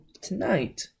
tonight